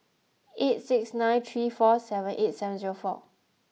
eight six nine three four seven eight seven zero four